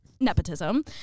nepotism